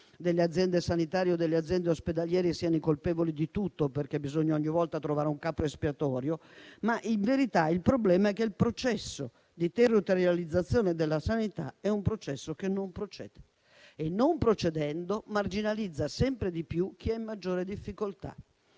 delle aziende sanitarie e delle aziende ospedaliere siano i colpevoli di tutto, perché ogni volta bisogna trovare un capro espiatorio. In verità il problema è che il processo di territorializzazione della sanità non procede e non procedendo, marginalizza sempre di più chi è in maggiore difficoltà.